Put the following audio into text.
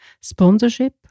Sponsorship